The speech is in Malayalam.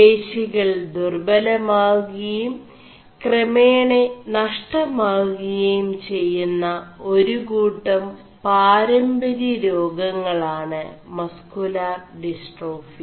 േപശികൾ ദുർബലമാകുകയും 4കേമണ നഷ്ടമാകുകയും െചgM ഒരുകൂƒം പാര2രç േരാഗÆളാണ് മസ് ുലാർ ഡിസ്േ4ടാഫി